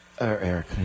Eric